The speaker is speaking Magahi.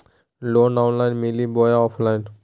लोन ऑनलाइन मिली बोया ऑफलाइन?